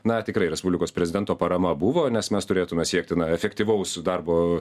na tikrai respublikos prezidento parama buvo nes mes turėtume siekti na efektyvaus darbo